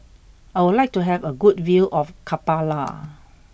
I would like to have a good view of Kampala